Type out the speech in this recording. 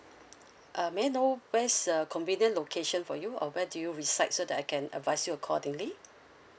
um may I know where's a convenient location for you or where do you reside so that I can advise you accordingly